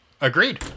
Agreed